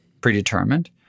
predetermined